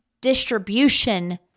distribution